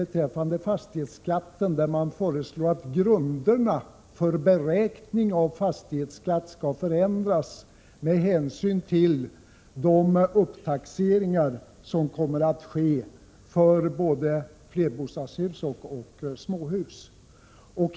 1986/87:113 skatten, där det föreslås att grunderna för beräkning av fastighetsskatt skall 29 april 1987 förändras med hänsyn till de upptaxeringar som kommer att ske för både flerbostadshus och småhus.